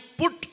put